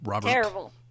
Terrible